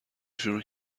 شروع